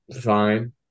fine